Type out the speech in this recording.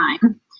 time